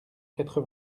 quatre